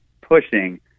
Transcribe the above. pushing